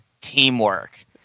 teamwork